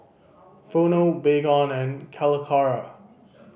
Vono Baygon and Calacara